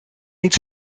niet